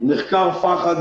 נחקר פח"ע,